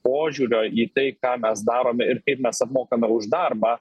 požiūrio į tai ką mes darome ir kaip mes apmokame už darbą